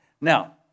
Now